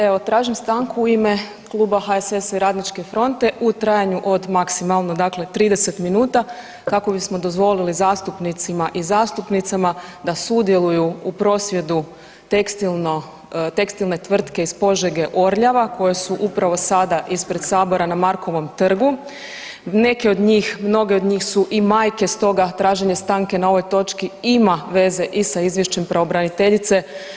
Evo tražim stanku u ime Kluba HSS-a i Radničke fronte u trajanju od maksimalno dakle 30 minuta kako bismo dozvolili zastupnicima i zastupnicama da sudjeluju u prosvjedu tekstile tvrtke iz Požege Orljava koje su upravo sada ispred sabora na Markovom trgu, neke on njih, mnoge od njih su i majke stoga traženje stanke na ovoj točki ima veze i sa izvješćem pravobraniteljice.